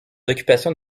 occupations